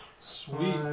Sweet